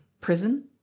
prison